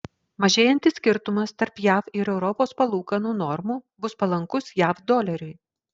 mažėjantis skirtumas tarp jav ir europos palūkanų normų bus palankus jav doleriui